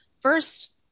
first